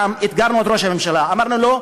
אמרנו לו: